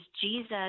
Jesus